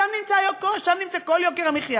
שם נמצא את כל יוקר המחיה,